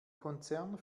konzern